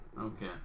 Okay